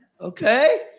Okay